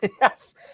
Yes